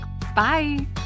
Bye